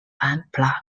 unplugged